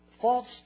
false